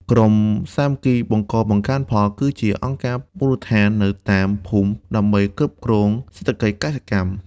ក្រុមសាមគ្គីបង្កបង្កើនផល គឺជាអង្គការមូលដ្ឋាននៅតាមភូមិដើម្បីគ្រប់គ្រងសេដ្ឋកិច្ចកសិកម្ម។